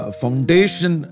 foundation